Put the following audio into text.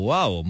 Wow